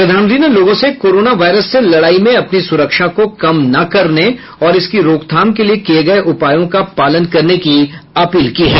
प्रधानमंत्री ने लोगों से कोरोना वायरस से लड़ाई में अपनी सुरक्षा को कम न करने और इसकी रोकथाम के लिए किए गए उपायों का पालन करने की अपील की है